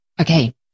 Okay